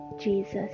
Jesus